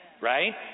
right